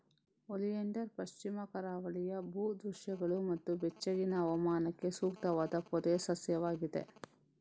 oleander ಪಶ್ಚಿಮ ಕರಾವಳಿಯ ಭೂ ದೃಶ್ಯಗಳು ಮತ್ತು ಬೆಚ್ಚಗಿನ ಹವಾಮಾನಕ್ಕೆ ಸೂಕ್ತವಾದ ಪೊದೆ ಸಸ್ಯವಾಗಿದೆ